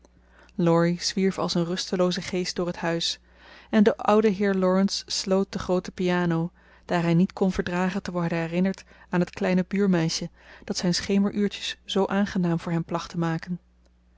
laurie zwierf als een rustelooze geest door het huis en de oude heer laurence sloot de groote piano daar hij niet kon verdragen te worden herinnerd aan het kleine buurmeisje dat zijn schemeruurtjes zoo aangenaam voor hem placht te maken